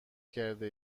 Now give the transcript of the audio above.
کرده